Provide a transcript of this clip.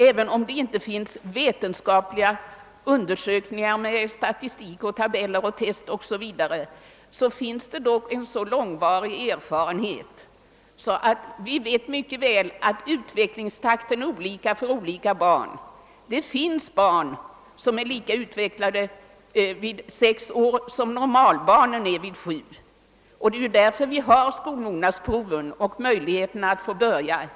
även om det inte finns vetenskapliga undersökningar med statistik, tabeller, test o.s.v. har vi dock en så långvarig erfarenhet, att vi mycket väl vet att utvecklingstakten är olika för olika barn. Det finns barn som är lika utvecklade vid sex år som normalbarnen är vid sju. Det är anledningen till att vi har skolmognadsprov för att ge barnen möjligheter att börja tidigare.